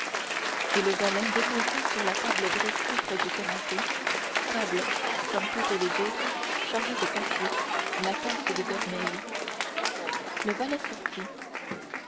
et le valet déposa sur la table dressée près du canapé table comme toutes les autres chargée de papiers la tasse de vermeil le valet sortit